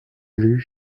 lut